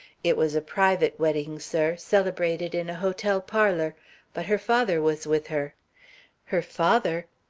it was a private wedding, sir, celebrated in a hotel parlor but her father was with her her father?